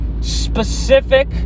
specific